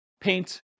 paint